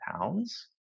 pounds